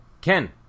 Ken